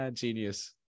genius